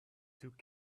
took